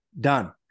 Done